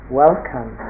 welcome